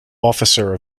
officer